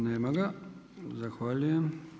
Nema ga, zahvaljujem.